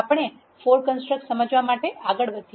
આપણે for construct સમજવા માટે આગળ વધીએ